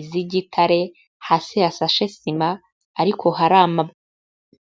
iz'igitare, hasi hasashe sima, ariko hari ama...